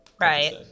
Right